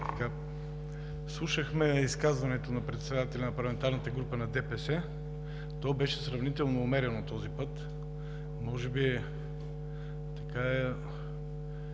Слушахме изказването на председателя на парламентарната група на ДПС – то беше сравнително умерено този път. Може би сте